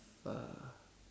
uh